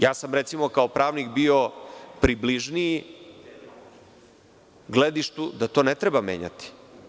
Ja sam kao pravnik bio približniji gledištu da to ne treba menjati.